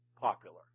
popular